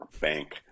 bank